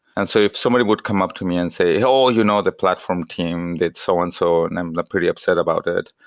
and if somebody would come up to me and say, oh! you know the platform team did so and so, and i'm pretty upset about it.